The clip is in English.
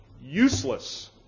useless